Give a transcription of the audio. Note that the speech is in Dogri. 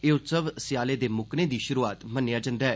एह उत्सव स्याले दे मुक्कने दी श्रुआत मन्नेआ जन्दा ऐ